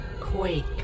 Quake